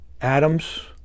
atoms